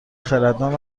خردمند